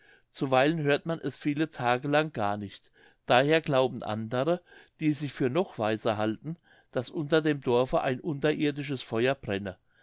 zuweilen hört man es viele tage lang gar nicht daher glauben andere die sich für noch weiser halten daß unter dem dorfe ein unterirdisches feuer brenne